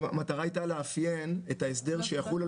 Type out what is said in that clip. אבל המטרה לאפיין את ההסדר שיחול על